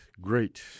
great